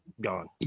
gone